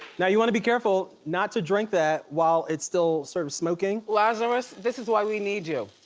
now, you wanna be careful not to drink that while it's still sort of smoking. lazarus, this is why we need you.